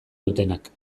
dutenak